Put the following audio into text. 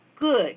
good